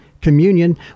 communion